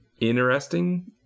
interesting